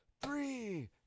three